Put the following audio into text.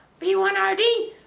B1RD